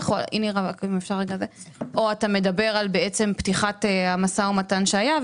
או שאתה מדבר בעצם על פתיחת המשא ומתן שהיה,